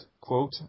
quote